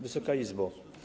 Wysoka Izbo!